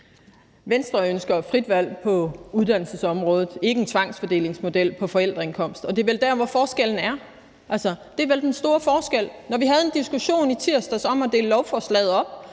Venstre ønsker frit valg på uddannelsesområdet, ikke en tvangsfordelingsmodel efter forældreindkomst, og det er vel der, hvor forskellen er. Det er vel den store forskel. Når vi havde en diskussion i tirsdags om at dele lovforslaget op,